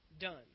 done